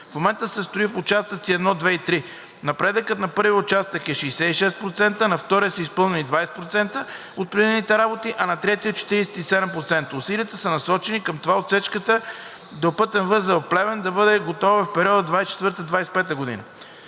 В момента се строи в участъци 1, 2 и 3. Напредъкът на Участък 1 е 66%, на Участък 2 са изпълнени 20% от предвидените работи, а на Участък 3 – 47%. Усилията са насочени към това отсечката до пътен възел „Плевен“ да бъде готова в периода 2024 –